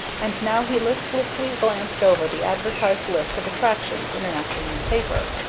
and now he listlessly glanced over the advertised list of attractions in an afternoon paper.